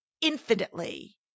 infinitely